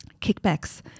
kickbacks